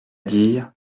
dire